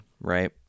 right